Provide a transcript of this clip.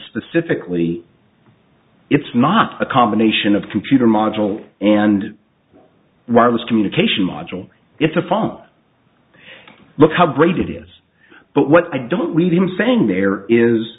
specifically it's not a combination of computer module and wireless communication module it's a funny look how great it is but what i don't read him saying there is